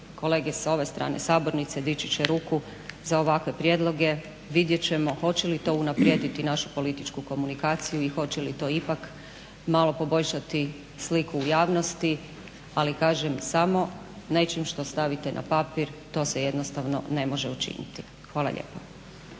kolege s ove strane sabornice dići će ruku za ovakve prijedloge. Vidjet ćemo hoće li to unaprijediti našu političku komunikaciju i hoće li to ipak malo poboljšati sliku u javnosti ali kažem samo s nečim što stavite na papir to se jednostavno ne može učiniti. Hvala lijepo.